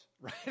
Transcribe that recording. right